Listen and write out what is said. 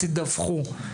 תדווחו.